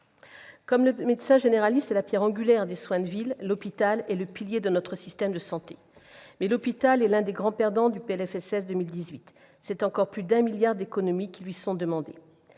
Comme le médecin généraliste est la pierre angulaire des soins de ville, l'hôpital est le pilier de notre système de santé, mais il est l'un des grands perdants du PLFSS pour 2018, puisqu'une économie de plus d'un milliard d'euros lui est encore demandée.